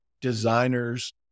designers